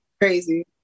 Crazy